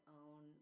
own